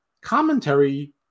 commentary